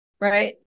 right